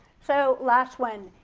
so last one.